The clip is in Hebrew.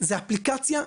זו אפליקציה,